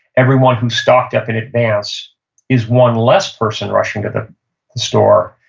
everyone who stocked up in advance is one less person rushing to the store,